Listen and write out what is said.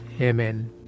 Amen